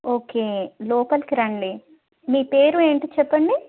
okay లోపలికి రండి మీ పేరు ఏంటి చెప్పండి